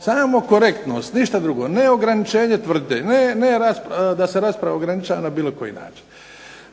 samo korektnost, ništa drugo, ne ograničenje …/Govornik se ne razumije./…, ne da se rasprava ograničava na bilo koji način.